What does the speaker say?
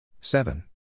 seven